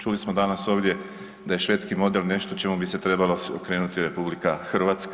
Čuli smo danas ovdje da je švedski model nešto čemu bi se trebala okrenuti RH.